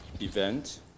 event